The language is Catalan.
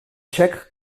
txec